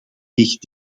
tegen